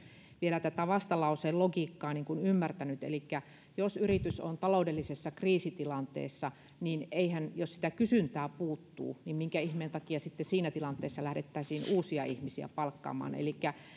vielä tätä vastalauseen logiikkaa ymmärtänyt elikkä jos yritys on taloudellisessa kriisitilanteessa ja jos sitä kysyntää puuttuu niin minkä ihmeen takia sitten siinä tilanteessa lähdettäisiin uusia ihmisiä palkkaamaan